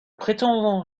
prétendant